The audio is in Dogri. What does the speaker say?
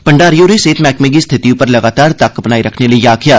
भंडारी होरें सेह्त मैह्कमे गी स्थिति उप्पर लगातार तक्क बनाई रक्खने लेई गलाया